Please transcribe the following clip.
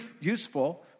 useful